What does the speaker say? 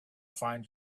find